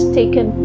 taken